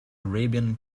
arabian